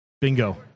Bingo